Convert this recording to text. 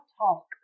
talk